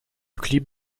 clip